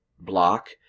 block